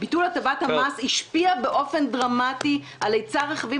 "ביטול הטבת המס השפיע באופן דרמטי על היצע הרכבים